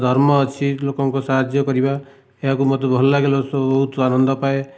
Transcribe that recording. ଧର୍ମ ଅଛି ଲୋକଙ୍କ ସାହାଯ୍ୟ କରିବା ଏହାକୁ ମୋତେ ଭଲ ଲାଗେ ବହୁତ ଆନନ୍ଦ ପାଏ